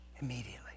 Immediately